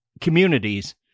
Communities